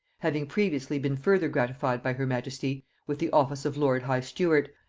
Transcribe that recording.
having previously been further gratified by her majesty with the office of lord high-steward,